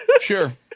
Sure